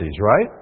right